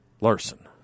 Larson